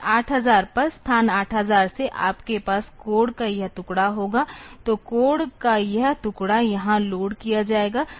फिर 8000 पर स्थान 8000 से आपके पास कोड का यह टुकड़ा होगा तो कोड का यह टुकड़ा यहां लोड किया जाएगा